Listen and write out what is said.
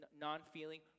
non-feeling